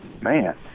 man